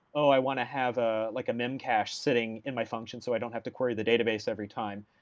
oh, i want to have ah like memchache sitting in my function so i don't have to query the database every time.